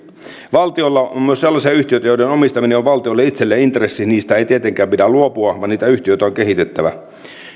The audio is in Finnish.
valtiolla on on myös sellaisia yhtiöitä joiden omistaminen on valtiolle itselleen intressi niistä ei tietenkään pidä luopua vaan niitä yhtiöitä on kehitettävä